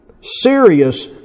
serious